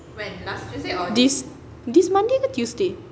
this this monday ke tuesday